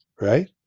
right